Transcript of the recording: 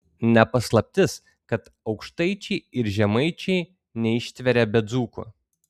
ne paslaptis kad aukštaičiai ir žemaičiai neištveria be dzūkų